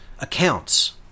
accounts